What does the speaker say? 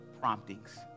Promptings